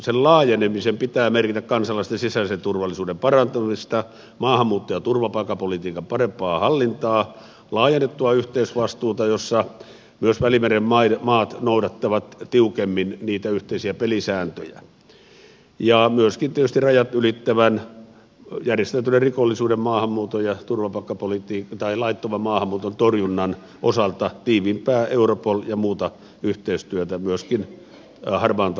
sen laajenemisen pitää merkitä kansalaisten sisäisen turvallisuuden parantumista maahanmuutto ja turvapaikkapolitiikan parempaa hallintaa laajennettua yhteisvastuuta jossa myös välimeren maat noudattavat tiukemmin niitä yhteisiä pelisääntöjä ja myöskin tietysti rajat ylittävän järjestäytyneen rikollisuuden ja laittoman maahanmuuton torjunnan osalta tiiviimpää europol ja muuta yhteistyötä myöskin harmaan talouden osalta